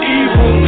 evil